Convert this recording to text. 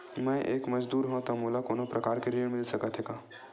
मैं एक मजदूर हंव त मोला कोनो प्रकार के ऋण मिल सकत हे का?